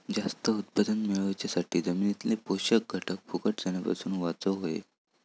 जास्त उत्पादन मेळवच्यासाठी जमिनीतले पोषक घटक फुकट जाण्यापासून वाचवक होये